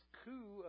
coup